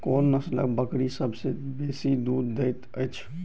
कोन नसलक बकरी सबसँ बेसी दूध देइत अछि?